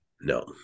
No